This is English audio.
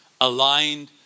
aligned